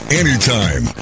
anytime